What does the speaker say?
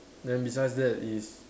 then besides that is